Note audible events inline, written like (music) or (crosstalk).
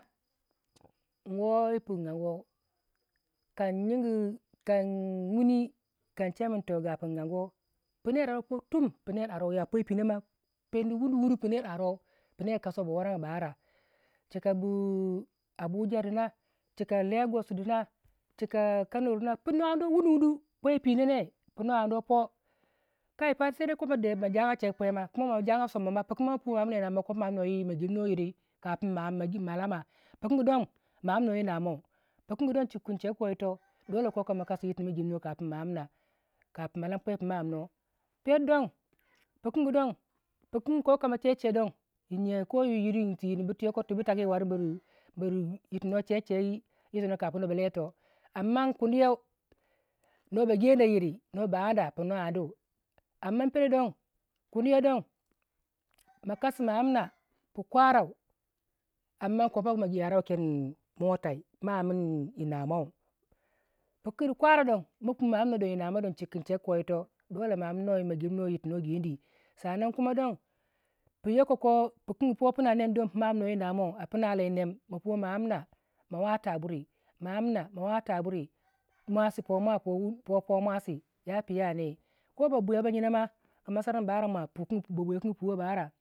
(noise) yi woo pin agiwo kan nyingi kan yigyi kan wuni kan che mintoh yinga pin agu wo piner aruwei po tum pi ner aruwei ya pweyo pinnon ma peni wunuwunu pu ner aruwo pi ner kasuwei ba ara cika buu abujaru na chika bu legos duna cika kano duna pino anu wunuwunu twii pweyo pwenon ne pino anuwei po kai pa saidai ko ma (noise) jagya cegu pweyo ko kuma ma jayga somma yirmai ma pigangu ma ma amunuwei yi namo ma gemnuwei yiri kapin ma am ma lama pikin gu don ma aminuwei yi namo pikin don cikakin cheguko yito dolle koku ma kasi yir tikin gi tu ma gemunuwei kapin ma lam pwe yopima amnuwo perdon pigangu don pigangu don koku ma chechedon yi gyiyau ko yi yir buri tubu tagi war buri yir yu no chechei yitono kapin no ba le tu kuniyau noba geno yiri ba adda pino andu amma pero don kuniyau don ma kasi ma amna pu kwarau amma kopo ma yaruwei ken motai pimo amin yi namo pikin kwara don mapui ma amna don yi namo don cikkin cheguko yito dolle ma amnuwei ma gemnuwei yiri a yirtu na geni sannan kuma don pi yokoko pikan gu puwo pina nem don pimo amnuwei yinamo pikin gu po pina nem ma puwei ma amna ma wata buri ma amna ma wata buri mwasi poma po wunuwunu masi yapu ya ne ko babwiya bainama kama sarmin ba ara mwa ba bwiya wukange puwai ba ara